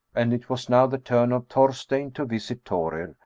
and it was now the turn of thorsteinn to visit thorir,